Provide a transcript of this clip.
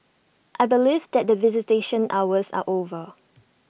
I believe that visitation hours are over